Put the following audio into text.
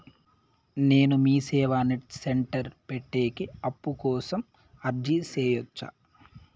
నేను MeeSeva net center పెట్టేకి అప్పు కోసం అర్జీ సేయొచ్చా?